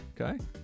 Okay